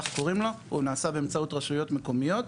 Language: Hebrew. כך קוראים לו, הוא נעשה, באמצעות רשויות מקומיות,